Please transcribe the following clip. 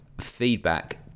feedback